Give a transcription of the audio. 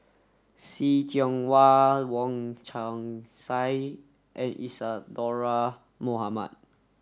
See Tiong Wah Wong Chong Sai and Isadhora Mohamed